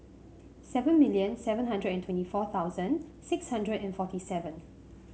seven million seven hundred and twenty four thousand six hundred and forty seven